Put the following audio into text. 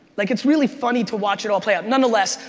like it's really funny to watch it all play out. nonetheless,